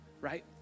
Right